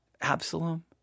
Absalom